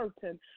certain